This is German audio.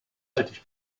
alt